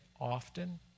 often